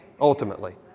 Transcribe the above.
ultimately